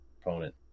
opponent